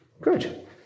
Good